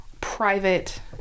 private